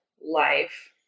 life